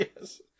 Yes